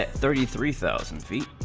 ah three three thousand three